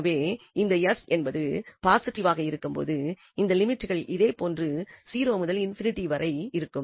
எனவே இந்த s என்பது பாசிட்டிவ் ஆக இருக்கும்போது இந்த லிமிட்கள் இதே போன்று 0 முதல் ∞ வரை இருக்கும்